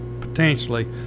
potentially